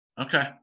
Okay